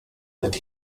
that